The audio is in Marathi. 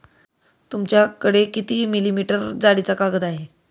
तुमच्याकडे किती मिलीमीटर जाडीचा कागद आहे?